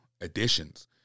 additions